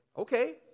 okay